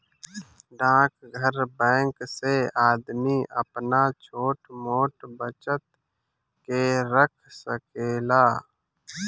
डाकघर बैंक से आदमी आपन छोट मोट बचत के रख सकेला